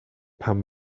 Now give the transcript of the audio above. pan